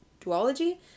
duology